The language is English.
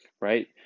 right